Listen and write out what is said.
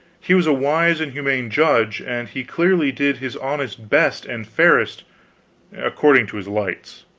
he was a wise and humane judge, and he clearly did his honest best and fairest according to his lights.